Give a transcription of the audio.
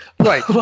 Right